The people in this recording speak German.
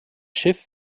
schiff